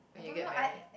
I don't know I ya